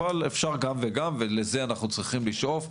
אבל אפשר גם וגם ולזה אנחנו צריכים לשאוף.